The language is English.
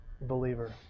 believer